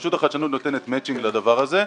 והרשות החדשנות נותנת מצ'ינג לדבר הזה,